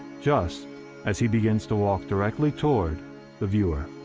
just as he begins to walk directly toward the viewer.